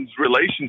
relationship